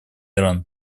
иран